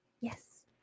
Yes